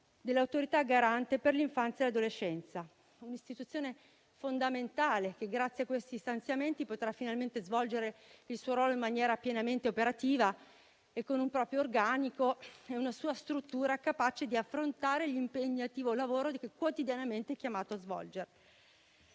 dell'Autorità garante per l'infanzia e l'adolescenza, un'istituzione fondamentale che, grazie a questi stanziamenti, potrà finalmente svolgere il suo ruolo in maniera pienamente operativa, con un proprio organico e una struttura capace di affrontare l'impegnativo lavoro che quotidianamente è chiamata a svolgere.